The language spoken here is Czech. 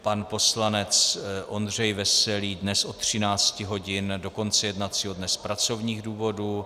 Pan poslanec Ondřej Veselý dnes od 13 hodin do konce jednacího dne z pracovních důvodů.